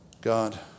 God